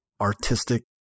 artistic